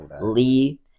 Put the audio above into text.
Lee